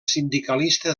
sindicalista